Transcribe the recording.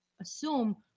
assume